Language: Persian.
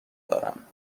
دارم